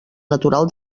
natural